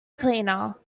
cleaner